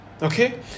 Okay